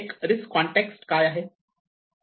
एक risk context काय आहे